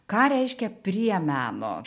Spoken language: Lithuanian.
ką reiškia prie meno